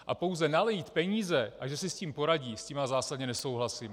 A pouze nalít peníze, a že si s tím poradí, s tím já zásadně nesouhlasím.